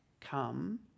come